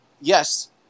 yes